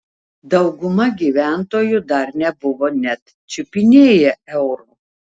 dauguma gyventojų dar nebuvo net čiupinėję euro